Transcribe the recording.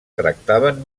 tractaven